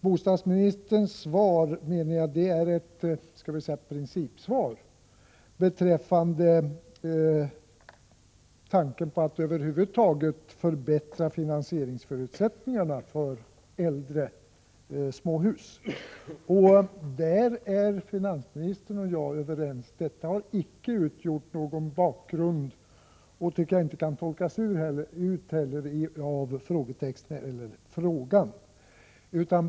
Bostadsministerns svar är, som jag ser det, ett principsvar beträffande tanken på att över huvud taget förbättra finansieringsförutsättningarna vid förvärv av äldre småhus. Där är faktiskt finansministern och jag överens. Detta har heller inte utgjort någon bakgrund till min fråga, och jag tycker inte att det kan tolkas in i frågan.